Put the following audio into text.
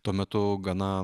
tuo metu gana